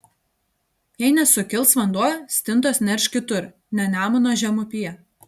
jei nesukils vanduo stintos nerš kitur ne nemuno žemupyje